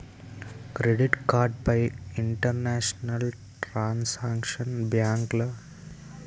Credit card పై international transaction block చేయటం ఎలా?